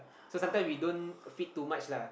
so sometimes we don't feed too much lah